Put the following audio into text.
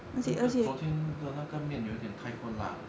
那个昨天的那个面有点太过辣了